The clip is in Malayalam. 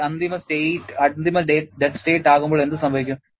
ഈ അന്തിമ സ്റ്റേറ്റ് ഡെഡ് സ്റ്റേറ്റ് ആകുമ്പോൾ എന്തുസംഭവിക്കും